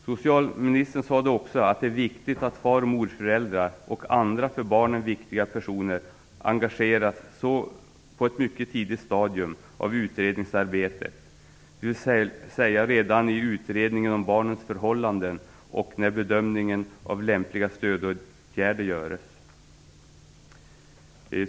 Socialministern sade också att det är viktigt att far och morföräldrar och andra för barnen viktiga personer engageras på ett mycket tidigt stadium av utredningsarbetet, dvs. redan under utredningen om barnens förhållanden och när bedömningen av lämpliga stödåtgärder skall göras.